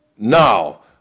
Now